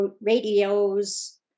radios